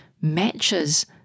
matches